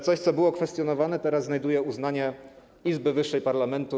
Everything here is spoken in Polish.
Coś, co było kwestionowane, teraz znajduje uznanie izby wyższej parlamentu.